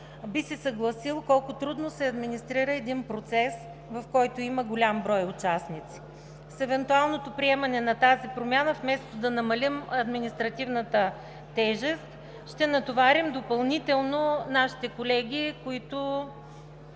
би се съгласил колко трудно се администрира един процес, в който има голям брой участници. С евентуалното приемане на тази промяна, вместо да намалим административната тежест, ще натоварим допълнително нашите колеги, които